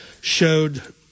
Showed